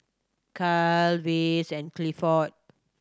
Caryl Vance and Clifford